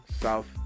South